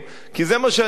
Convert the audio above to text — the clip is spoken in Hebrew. כי זה מה שאני חושב.